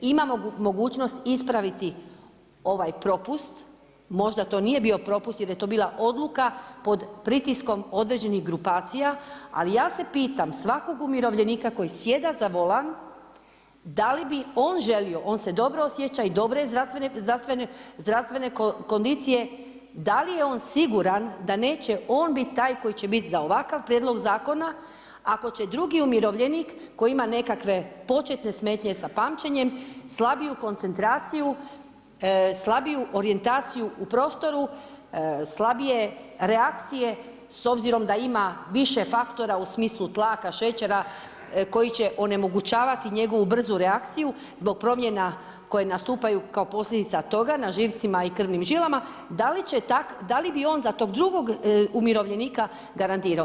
I ima mogućnost ispraviti ovaj propust, možda to nije bio propust, jer je to bila odluka pod pritiskom određenih grupacija, ali ja se pitam, svakog umirovljenika koji sjeda za volan, da li bi on želio, on se dobro osjeća i dobre je zdravstvene kondicije, da li je on sigurna, da neće on biti taj koji će biti za ovakav prijedlog zakona, ako će drugi umirovljenik, koji ima neke početne smetnje sa pamćenjem, slabiju koncentraciju, slabiju orijentaciju u prostoru, slabije reakcije, s obzirom da ima više faktora u smislu tlaka, šećera, koji će onemogućavati njegovu brzu reakciju, zbog promjena koje nastupaju kao posljedica toga, na živcima i krvnim žilama, da li bi on za tog drugog umirovljenika garantirao.